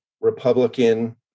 Republican